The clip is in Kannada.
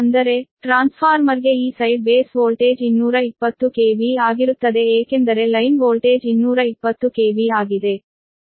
ಅಂದರೆ ಟ್ರಾನ್ಸ್ಫಾರ್ಮರ್ಗೆ ಈ ಸೈಡ್ ಬೇಸ್ ವೋಲ್ಟೇಜ್ 220 KV ಆಗಿರುತ್ತದೆ ಏಕೆಂದರೆ ಲೈನ್ ವೋಲ್ಟೇಜ್ 220 KV ಆಗಿದೆ